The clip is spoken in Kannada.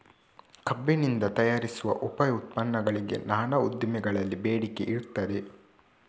ಕಬ್ಬಿನಿಂದ ತಯಾರಿಸುವ ಉಪ ಉತ್ಪನ್ನಗಳಿಗೆ ನಾನಾ ಉದ್ದಿಮೆಗಳಲ್ಲಿ ಬೇಡಿಕೆ ಇರ್ತದೆ